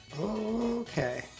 Okay